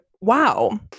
wow